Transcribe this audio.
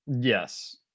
Yes